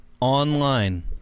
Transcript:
online